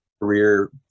career